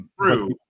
True